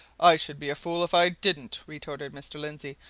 i should be a fool if i didn't! retorted mr. lindsey.